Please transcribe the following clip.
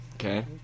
Okay